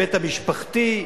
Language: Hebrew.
בהיבט המשפחתי,